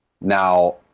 Now